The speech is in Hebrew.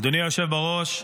אדוני היושב בראש,